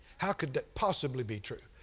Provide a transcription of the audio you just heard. how could that possibly be true?